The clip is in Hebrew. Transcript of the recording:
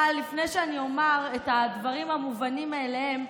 אבל לפני שאני אומר את הדברים המובנים מאליהם,